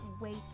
wait